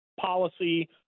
policy